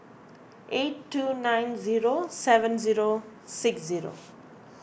eight two nine zero seven zero six zero